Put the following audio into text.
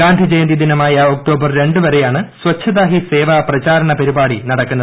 ഗാന്ധിജയന്തി ദിനമായ ഒക്ടോബർ രണ്ട് വരെയാണ് സ്വച്ഛത ഹി സേവ പ്രചാരണ പരിപാടി നടക്കുന്നത്